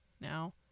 now